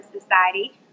Society